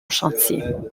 chantier